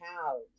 cows